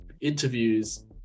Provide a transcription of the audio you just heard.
interviews